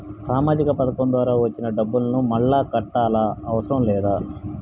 సామాజిక పథకం ద్వారా వచ్చిన డబ్బును మళ్ళా కట్టాలా అవసరం లేదా?